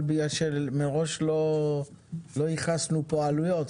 אבל מכיוון שמראש לא ייחסנו עלויות,